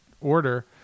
order